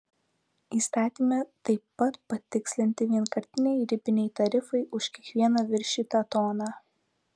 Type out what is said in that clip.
įstatyme taip pat patikslinti vienkartiniai ribiniai tarifai už kiekvieną viršytą toną